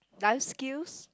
life skills